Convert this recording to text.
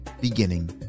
beginning